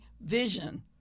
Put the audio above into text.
vision